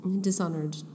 Dishonored